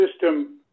system